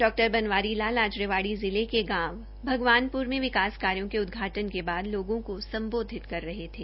डा बनवारी लाल आज रेवाड़ी जिले के गांव भगवानप्र में विकास कार्यो का उदघाटन क बाद लोगों को सम्बोधित कर रहे थे